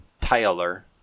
Tyler